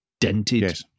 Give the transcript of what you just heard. dented